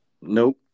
Nope